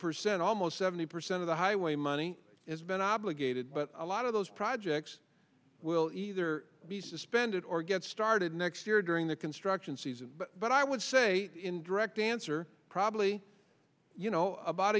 percent almost seventy percent of the highway money has been obligated but a lot of those projects will either be suspended or get started next year during the construction season but i would say in direct answer probably you know about